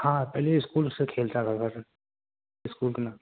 ہاں پہلے اسکول سے کھیلتا تھا تھا سر اسکول کے نا